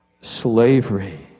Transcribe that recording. slavery